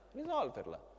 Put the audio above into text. risolverla